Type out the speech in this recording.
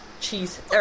cheese